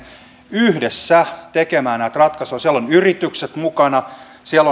yhdessä tekemään näitä ratkaisuja siellä ovat yritykset mukana siellä